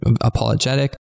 apologetic